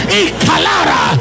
ikalara